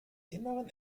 inneren